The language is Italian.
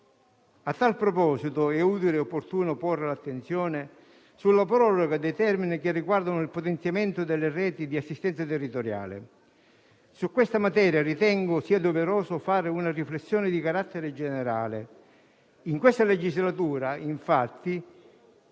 A tal proposito, è utile e opportuno porre l'attenzione sulla proroga dei termini che riguardano il potenziamento delle reti di assistenza territoriale. Su questa materia ritengo sia doveroso fare una riflessione di carattere generale. In questa legislatura è